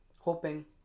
hoping